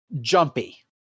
jumpy